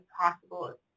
possible